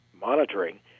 monitoring